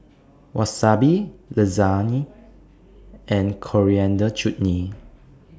Wasabi Lasagne and Coriander Chutney